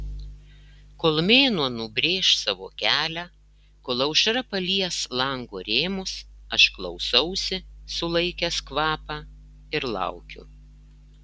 kol mėnuo nubrėš savo kelią kol aušra palies lango rėmus aš klausausi sulaikęs kvapą ir laukiu